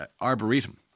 Arboretum